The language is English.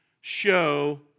show